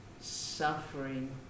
suffering